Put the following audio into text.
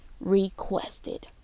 requested